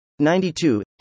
92